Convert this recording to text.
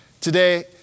Today